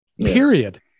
period